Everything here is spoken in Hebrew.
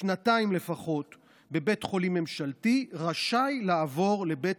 שנתיים לפחות בבית חולים ממשלתי רשאי לעבור לבית